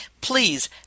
please